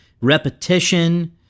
repetition